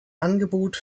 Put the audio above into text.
angebot